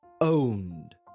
owned